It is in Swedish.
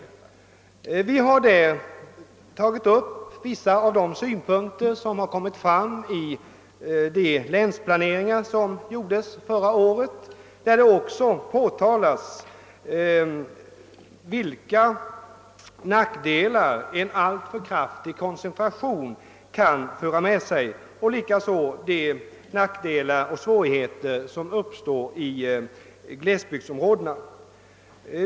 I de motionerna har vi tagit upp vissa av de synpunkter som kommit fram i länsplaneringarna förra året, där det också påpekades vilka nackdelar en alltför kraftig koncentration kan ha och de svårigheter som därvid kan uppstå i glesbygdsområdena.